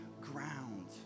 ground